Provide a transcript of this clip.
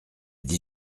dix